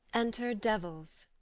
enter devils.